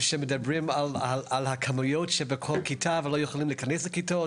שמדברים על הכמויות שבכל כיתה ולא יכולים להיכנס לכיתות.